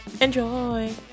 Enjoy